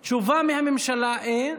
אה,